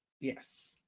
yes